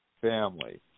family